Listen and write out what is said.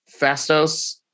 Fastos